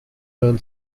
learn